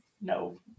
no